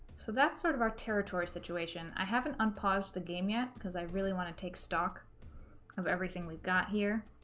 so that's sort of our territory situation. i haven't unpaused the game yet, because i really want to take stock of everything we've got here.